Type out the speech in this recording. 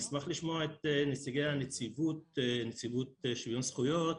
אני אשמח לשמוע את נציגי נציבות שוויון הזכויות